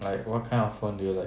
like what kind of phone do you like